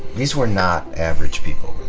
these were not average people.